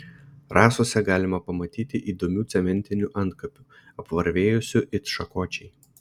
rasose galima pamatyti įdomių cementinių antkapių apvarvėjusių it šakočiai